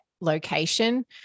location